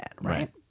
Right